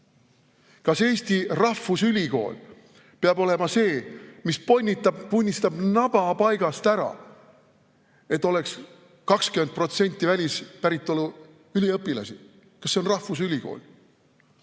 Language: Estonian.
Kas Eesti rahvusülikool peab olema see, mis ponnistab-punnitab naba paigast ära, et oleks 20% välispäritolu üliõpilasi? Kas see on rahvusülikool?